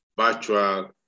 virtual